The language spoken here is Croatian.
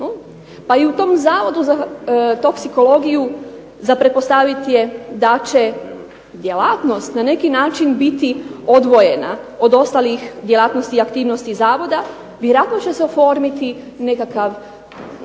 Pa i u tom zavodu za toksikologiju za pretpostaviti je da će djelatnost na neki način biti odvojena od ostalih djelatnosti i aktivnosti Zavoda, vjerojatno će se oformiti nekakav